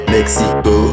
Mexico